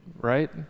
right